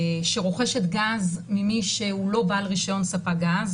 שרוכשת גז ממי שהוא לא בעל רישיון ספק גז